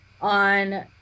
on